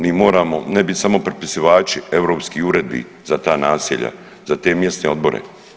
Mi moramo ne biti samo prepisivači europskih uredbi za ta naselja, za te mjesne odbore.